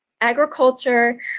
Agriculture